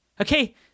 Okay